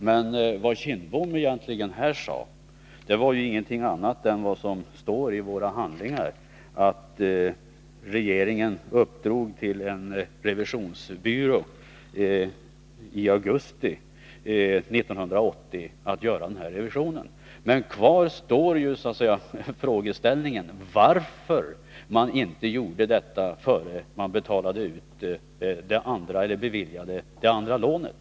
Men vad Bengt Kindbom här sade var egentligen ingenting annat än vad som står i våra handlingar, dvs. att regeringen i augusti 1980 uppdrog till en revisionsbyrå att göra den här revisionen. Men kvar står frågan varför man inte gjorde detta innan man beviljade det andra lånet.